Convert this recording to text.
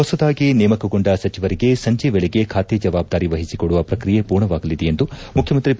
ಹೊಸದಾಗಿ ನೇಮಕಗೊಂಡ ಸಚಿವರಿಗೆ ಸಂಜಿ ವೇಳೆಗೆ ಖಾತೆ ಜವಾಬ್ದಾರಿ ವಹಿಸಿಕೊಡುವ ಪ್ರಕ್ರಿಯೆ ಪೂರ್ಣವಾಗಲಿದೆ ಎಂದು ಮುಖ್ಯಮಂತ್ರಿ ಬಿ